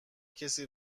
کسی